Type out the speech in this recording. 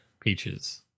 peaches